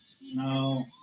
No